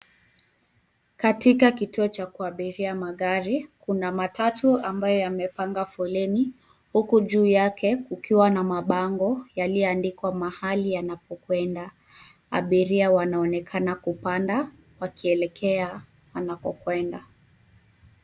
Katika kituo cha kuabiria magari kuna matatu ambayo yamepanga foleni huku juu yake kukiwa na mabango yaliyoandikwa mahali yanapokwenda. Abiria wanaonekana kupanda wakielekea wanapokwenda.